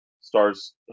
stars